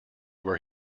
where